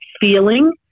feeling